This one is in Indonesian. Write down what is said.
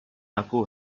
aku